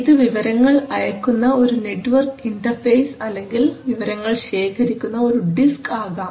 ഇത് വിവരങ്ങൾ അയക്കുന്ന ഒരു നെറ്റ്വർക്ക് ഇൻറർഫേസ് അല്ലെങ്കിൽ വിവരങ്ങൾ ശേഖരിക്കുന്ന ഒരു ഡിസ്ക് ആകാം